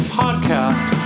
podcast